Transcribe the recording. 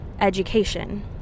education